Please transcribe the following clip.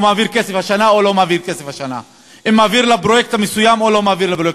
מעביר כסף השנה או לא מעביר כסף השנה,